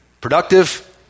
Productive